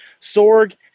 Sorg